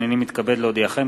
הנני מתכבד להודיעכם,